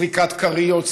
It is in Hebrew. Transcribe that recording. זריקת כריות,